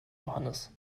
johannes